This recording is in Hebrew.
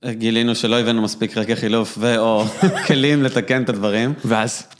גילינו שלא הבאנו מספיק חלקי חילוף ו/או כלים לתקן את הדברים. ואז?